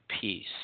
peace